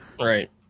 Right